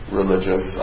religious